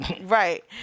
Right